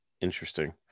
Interesting